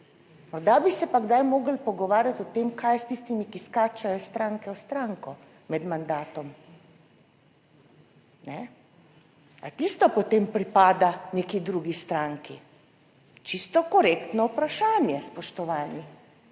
Morda bi se pa kdaj morali pogovarjati o tem, kaj je s tistimi, ki skačejo iz stranke v stranko med mandatom. Ali tisto potem pripada neki drugi stranki? Čisto korektno vprašanje, spoštovani.